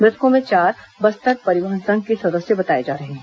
मुतकों में चार बस्तर परिवहन संघ के सदस्य बताए जा रहे हैं